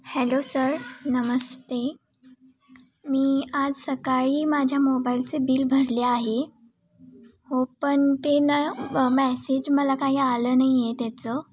hello sir नमस्ते मी आज सकाळी माझ्या मोबाईलचे बिल भरले आहे हो पण ते न मॅसेज मला काही आलं नाही आहे त्याचं